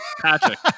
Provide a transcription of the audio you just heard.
Patrick